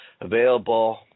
available